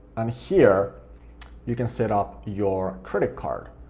um here you can set up your credit card.